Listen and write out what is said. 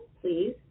please